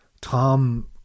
Tom